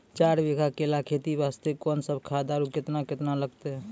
चार बीघा केला खेती वास्ते कोंन सब खाद आरु केतना केतना लगतै?